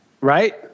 Right